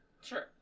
Sure